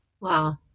Wow